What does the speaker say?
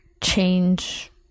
change